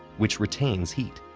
which retains heat.